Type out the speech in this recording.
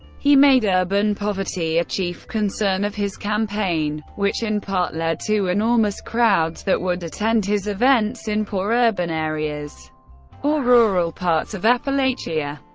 he made urban poverty a chief concern of his campaign, which in part led to enormous crowds that would attend his events in poor urban areas or rural parts of appalachia.